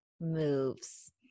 moves